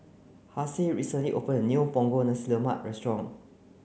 Hassie recently opened a new Punggol Nasi Lemak restaurant